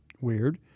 weird